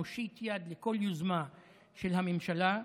נושיט יד לכל יוזמה של הממשלה.